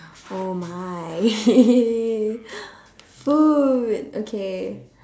oh my food okay